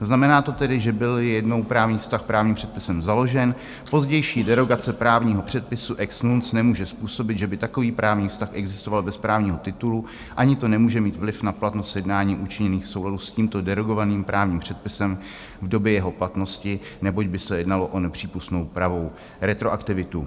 Znamená to tedy, že bylli jednou právní vztah právním předpisem založen, pozdější derogace právního předpisu ex nunc nemůže způsobit, že by takový právní vztah existoval bez právního titulu, ani to nemůže mít vliv na platnost jednání učiněných v souladu s tímto derogovaným právním předpisem v době jeho platnosti, neboť by se jednalo o nepřípustnou pravou retroaktivitu.